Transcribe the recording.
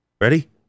Ready